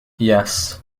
yes